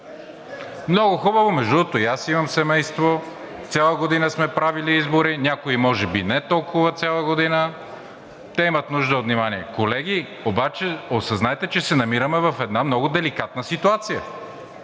Много хубаво, между другото, и аз имам семейство, цяла година сме правили избори, някои може би не толкова – цяла година, те имат нужда от внимание. Колеги, осъзнайте обаче, че се намираме в една много деликатна ситуация